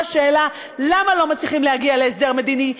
השאלה למה לא מצליחים להגיע להסדר מדיני.